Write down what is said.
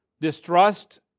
distrust